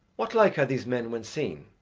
what like are these men when seen,